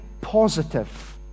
positive